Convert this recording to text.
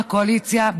הקואליציה,